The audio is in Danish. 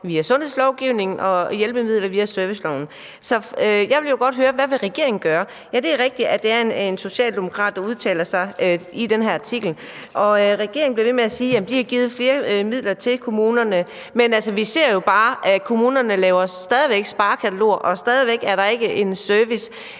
via sundhedslovgivningen og hjælpemidler via serviceloven. Jeg vil godt høre, hvad regeringen vil gøre. Ja, det er rigtigt, at det er en socialdemokrat, der udtaler sig i den her artikel, og regeringen bliver ved med at sige, at de har givet flere midler til kommunerne, men vi ser jo bare, at kommunerne stadig væk laver sparekataloger, og der ydes stadig væk ikke en service,